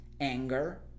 anger